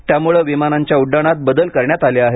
त्यामुळे विमानांच्या उड्डाणात बदल करण्यात आले आहेत